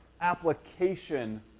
application